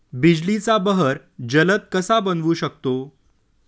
बिजलीचा बहर जलद कसा बनवू शकतो?